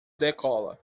decola